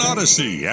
Odyssey